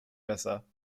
besser